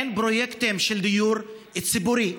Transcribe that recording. אין פרויקטים של דיור ציבורי?